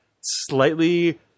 slightly